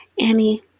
Annie